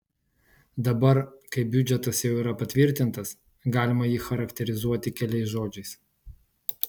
dabar kai biudžetas jau yra patvirtintas galima jį charakterizuoti keliais žodžiais